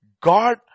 God